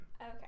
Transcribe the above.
Okay